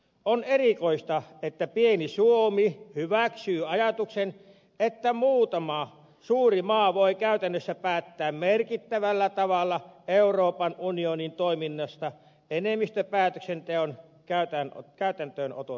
on erikoista että pieni suomi hyväksyy ajatuksen että muutama suuri maa voi käytännössä päättää merkittävällä tavalla euroopan unionin toiminnasta enemmistöpäätöksenteon käytäntöönoton myötä